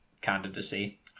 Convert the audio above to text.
candidacy